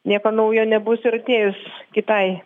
nieko naujo nebus ir atėjus kitai